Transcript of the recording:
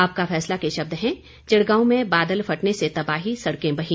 आपका फैसला के शब्द हैं चिड़गांव में बादल फटने से तबाही सड़कें बहीं